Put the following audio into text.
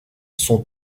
sont